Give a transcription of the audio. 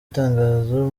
itangazo